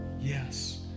yes